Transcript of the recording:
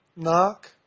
Knock